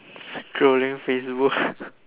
scrolling Facebook